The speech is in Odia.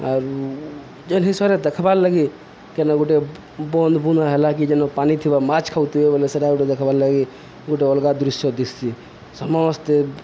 ଆରୁ ଯେନ୍ ହିସରେ ଦେଖବାର୍ ଲାଗି କେନ ଗୋଟେ ବନ୍ଦ ବୁନ ହେଲାକି ଯେନ୍ନ ପାଣି ଥିବା ମାଛ୍ ଖାଉଥିବେ ବୋଇଲେ ସେଇଟା ଗୋଟେ ଦେଖବାର୍ ଲାଗି ଗୋଟେ ଅଲଗା ଦୃଶ୍ୟ ଦିଶ ସମସ୍ତେ